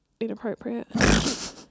inappropriate